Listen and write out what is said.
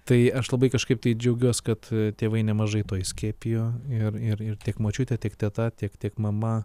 tai aš labai kažkaip tai džiaugiuos kad tėvai nemažai to įskiepijo ir ir ir tiek močiutė tiek teta tiek tiek mama